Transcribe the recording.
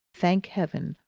thank heaven,